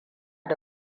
da